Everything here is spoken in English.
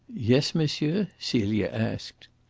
yes, monsieur? celia asked.